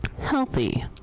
healthy